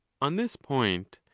on this point,